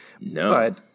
No